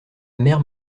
mère